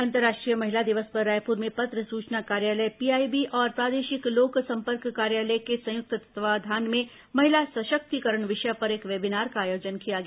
अंतर्राष्ट्रीय महिला दिवस पर रायपुर में पत्र सूचना कार्यालय पीआईबी और प्रादेशिक लोकसंपर्क कार्यालय के संयुक्त तत्वावधान में महिला सशक्तिकरण विषय पर एक वेबीनार का आयोजन किया गया